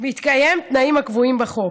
בהתקיים תנאים הקבועים בחוק.